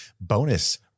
bonus